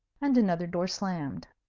and another door slammed.